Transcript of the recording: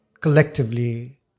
collectively